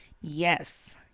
Yes